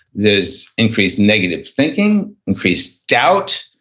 there's increased negative thinking, increased doubt,